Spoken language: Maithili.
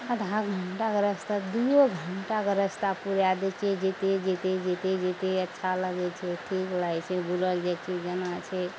आधा घण्टाके रस्ता दूओ घण्टाके रस्ता पूरा दै छियै जाइते जाइते जाइते जाइते अच्छा लगय छै ठीक लागय छै बुलल जाइ छै जेना छै